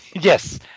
Yes